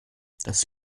das